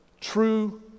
true